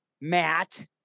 Matt